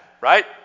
Right